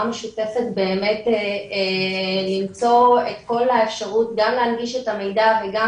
משותפת באמת למצוא את כל האפשרות גם להנגיש את המידע וגם